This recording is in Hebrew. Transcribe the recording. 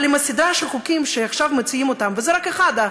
אבל עם הסדרה של החוקים שעכשיו מציעים וזה רק אחד,